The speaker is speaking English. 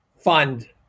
fund